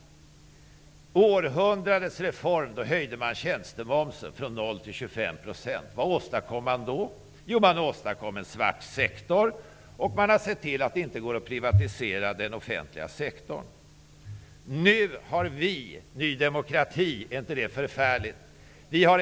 Genom århundradets reform höjde man tjänstemomsen från 0 % till 25 %. Därigenom åstadkom man en svart sektor och såg till att det inte går att privatisera den offentliga sektorn. Vi har nu från Ny demokrati -- är det inte förfärligt?